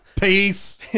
Peace